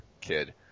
kid